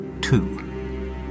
two